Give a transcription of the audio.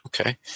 Okay